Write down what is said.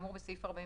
כאמור בסעיף 47,